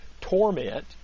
torment